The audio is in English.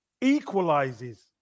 equalizes